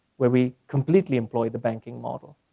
where we completely employ the banking model.